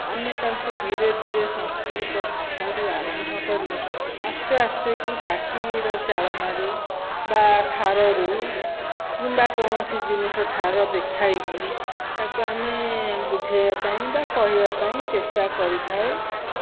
ଆମେ ତାଙ୍କୁ ଧିରେ ଧିରେ ସଂସ୍କୃତ ଭାଷାରୁ ଆରମ୍ଭ କରି ଆସ୍ତେ ଆସ୍ତେ କି ପାଟିର ଚାଳନାରୁ ବା ଠାରରୁ କିମ୍ବା କୌଣସି ଜିନିଷ ଠାର ଦେଖାଇକି ତାକୁ ଆମେ ବୁଝେଇବା ପାଇଁ ବା କହିବା ପାଇଁ ଚେଷ୍ଟା କରିଥାଉ